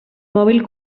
mòbil